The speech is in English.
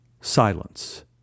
Silence